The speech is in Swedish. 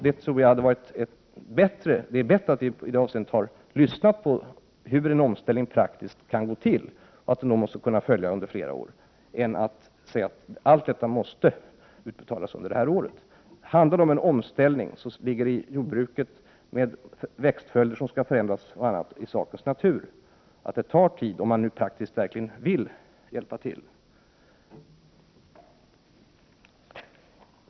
Jag tror att det var bättre att vi i det avseendet lyssnade på hur en omställning praktiskt kan gå till och att den måste kunna följa under flera år, än att vi skulle ha sagt att allt måste utbetalas under ett och samma år. Handlar det om en omställning inom jordbruket, med förändring av växtföljder och annat, ligger det i sakens natur att det tar tid, om man nu praktiskt verkligen vill hjälpa till. Fru talman!